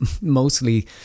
mostly